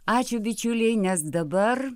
ačiū bičiuliai nes dabar